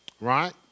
right